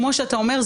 כמו שאתה אומר,